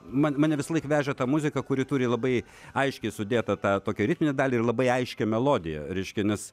man mane visąlaik vežė ta muzika kuri turi labai aiškiai sudėtą tą tokią ritminę dalį ir labai aiškią melodiją reiškia nes